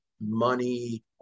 money